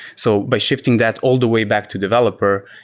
so by shifting that all the way back to developer,